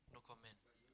no comment